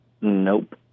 Nope